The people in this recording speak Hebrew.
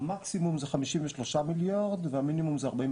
המקסימום זה 53 מיליארד והמינימום זה 45